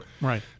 right